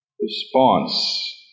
response